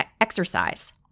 exercise